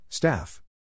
Staff